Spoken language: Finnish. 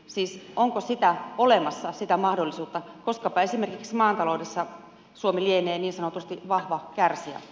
siis onko olemassa sitä mahdollisuutta koskapa esimerkiksi maataloudessa suomi lienee niin sanotusti vahva kärsijä